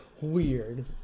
weird